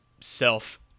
self